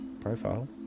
profile